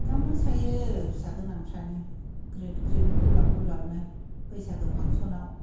दा मोसायो फिसा गोनांफ्रानो ग्रिद ग्रिद गुरलाब गुरलाबनो बैसागो फांशनाव